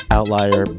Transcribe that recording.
Outlier